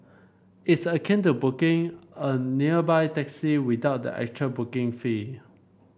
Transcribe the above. it's akin to booking a nearby taxi without the actual booking fee